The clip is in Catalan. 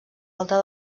alta